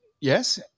Yes